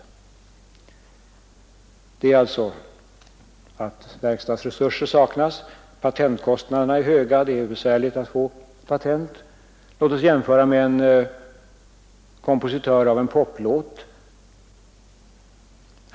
Dessa hinder består alltså i att verkstadsresurser saknas, att patentkostnaderna är höga, att det är besvärligt att få patent. Låt oss jämföra med en kompositör av en poplåt.